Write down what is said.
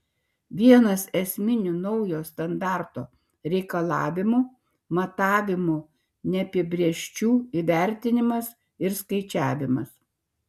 vienas esminių naujo standarto reikalavimų matavimų neapibrėžčių įvertinimas ir skaičiavimas